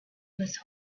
his